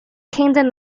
kingdom